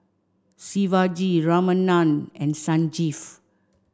Shivaji Ramanand and Sanjeev